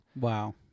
Wow